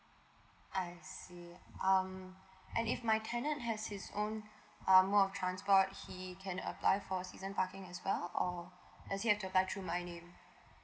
I see um and if my tenant has his own um more of transport he can apply for season parking as well or does him have to buy through my name